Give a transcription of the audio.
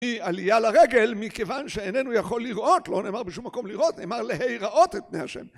היא עלייה לרגל מכיוון שאיננו יכול לראות, לא נאמר בשום מקום לראות, נאמר להיראות את בני ה'